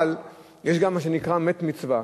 אבל יש גם מה שנקרא "מת מצווה".